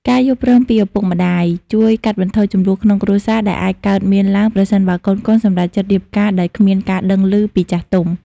ការយល់ព្រមពីឪពុកម្ដាយជួយកាត់បន្ថយជម្លោះក្នុងគ្រួសារ ដែលអាចកើតមានឡើងប្រសិនបើកូនៗសម្រេចចិត្តរៀបការដោយគ្មានការដឹងឮពីចាស់ទុំ។